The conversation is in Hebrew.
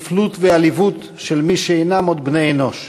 שפלות ועליבות של מי שאינם עוד בני-אנוש